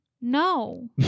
No